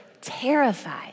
terrified